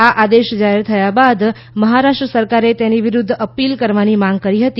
આ આદેશ જાહેર થયા બાદ મહારાષ્ટ્ર સરકારે તેની વિરુદ્ધ અપીલ કરવાની માંગ કરી હતી